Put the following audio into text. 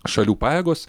šalių pajėgos